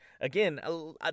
Again